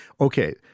okay